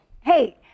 Hey